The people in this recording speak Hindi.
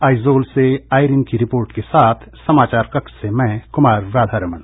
आइजोल से आइरिन की रिपोर्ट के साथ समाचार कक्ष से मैं कुमार राधारमण